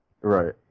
Right